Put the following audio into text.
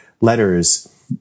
letters